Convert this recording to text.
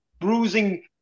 bruising